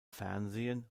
fernsehen